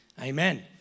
Amen